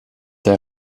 der